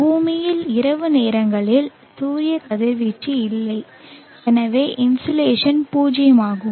பூமியில் இரவு நேரங்களில் சூரிய கதிர்வீச்சு இல்லை எனவே இன்சோலேஷன் பூஜ்ஜியமாகும்